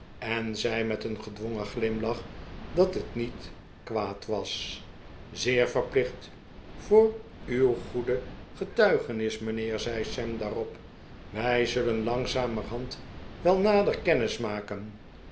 en zei met een gedwongen glimlach dat het niet kwaad was zeer verplicht voor uw goede getuigenis mijnheer zei sam daarop wij zullen langzamerhand wel